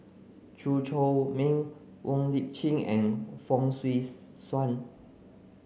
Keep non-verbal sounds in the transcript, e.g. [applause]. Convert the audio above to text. Chew Chor Meng Wong Lip Chin and Fong Swee [unintelligible] Suan